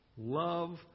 Love